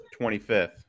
25th